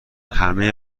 همهی